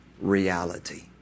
reality